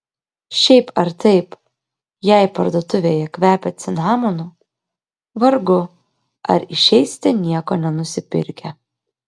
šiaip ar taip jei parduotuvėje kvepia cinamonu vargu ar išeisite nieko nenusipirkę